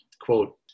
quote